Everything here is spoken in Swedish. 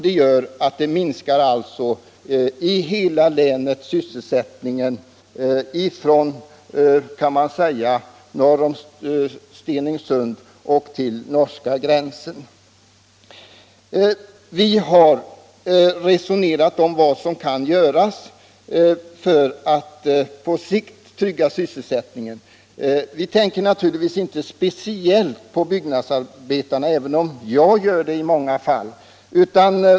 Det gör att sysselsättningen i hela länet minskar, från norr om Stenungsund till norska gränsen. Vi har resonerat om vad som kan göras för att på sikt trygga sysselsättningen. Vi tänker naturligtvis inte speciellt på byggnadsarbetarna, även om jag gör det i många fall.